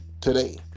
today